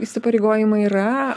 įsipareigojimai yra